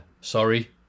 Sorry